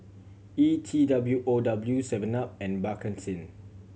E T W O W seven up and Bakerzin